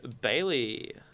Bailey